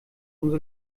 umso